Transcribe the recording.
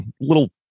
little